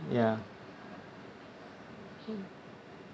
ya